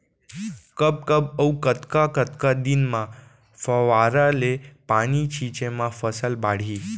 कब कब अऊ कतका कतका दिन म फव्वारा ले पानी छिंचे म फसल बाड़ही?